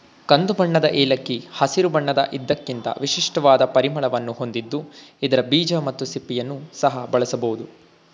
ಕಂದುಬಣ್ಣದ ಏಲಕ್ಕಿ ಹಸಿರು ಬಣ್ಣದ ಇದಕ್ಕಿಂತ ವಿಶಿಷ್ಟವಾದ ಪರಿಮಳವನ್ನು ಹೊಂದಿದ್ದು ಇದರ ಬೀಜ ಮತ್ತು ಸಿಪ್ಪೆಯನ್ನು ಸಹ ಬಳಸಬೋದು